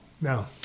No